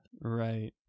right